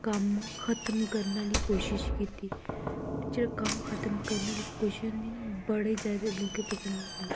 कम्म खतम करन आह्ली कोशश कीती ते जेह्ड़ा कम्म खतम करने आह्ली कोशश होंदी ना बड़े जैदा लोकें पसंद करना